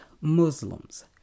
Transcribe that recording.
Muslims